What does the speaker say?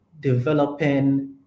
developing